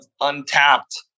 untapped